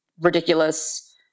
ridiculous